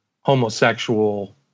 homosexual